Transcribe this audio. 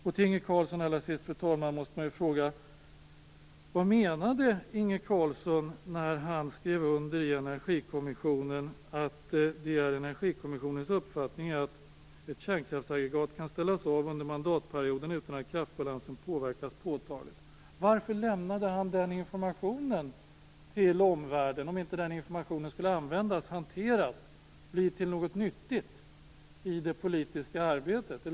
Jag måste fråga Inge Carlsson vad han menade när han i Energikommissionen skrev under formuleringen att det är kommissionens uppfattning att ett kärnkraftsaggregat kan ställas av under mandatperioden utan att kraftbalansen påverkas påtagligt. Varför lämnade han den informationen till omvärlden om den inte skulle användas, hanteras, bli till något nyttigt i det politiska arbetet?